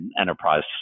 enterprise